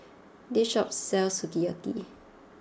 this shop sells Sukiyaki